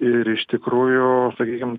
ir iš tikrųjų sakykim